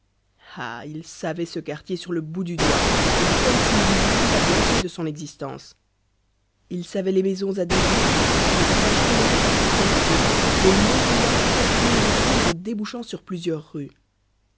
ah il savait ce quartier sur le bout du doigt et comme s'il y eût vécu la moitié de son existence il savait les maisons à deux issues les passages tolérés par certaines cours les longs couloirs tortueux et sombres débouchant sur plusieurs rues